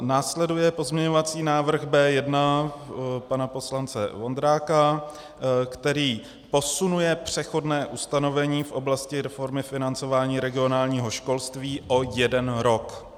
Následuje pozměňovací návrh B1 pana poslance Vondráka, který posunuje přechodné ustanovení v oblasti reformy financování regionálního školství o jeden rok.